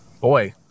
Boy